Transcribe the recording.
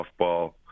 softball